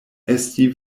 esti